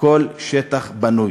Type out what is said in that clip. כל שטח פנוי.